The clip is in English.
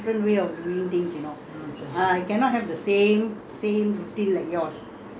my work I got so many clients each clients got different different ways of doing things you know